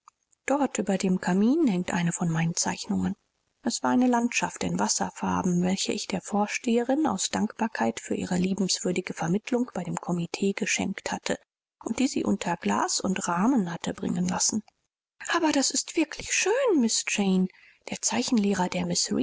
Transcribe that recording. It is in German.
dort über dem kamin hängt eine von meinen zeichnungen es war eine landschaft in wasserfarben welche ich der vorsteherin aus dankbarkeit für ihre liebenswürdige vermittelung bei dem komitee geschenkt hatte und die sie unter glas und rahmen hatte bringen lassen aber das ist wirklich schön miß jane der zeichenlehrer der